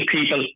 people